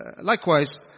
likewise